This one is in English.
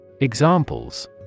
Examples